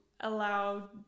allow